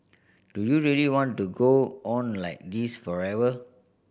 do you really want to go on like this forever